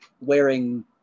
wearing